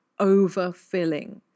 overfilling